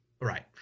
Right